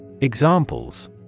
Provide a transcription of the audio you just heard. Examples